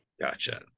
Gotcha